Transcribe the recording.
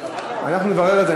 אנחנו נברר את זה.